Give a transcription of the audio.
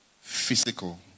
physical